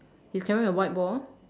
he's carrying a white ball